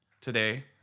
today